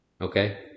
Okay